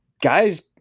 guys